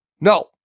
No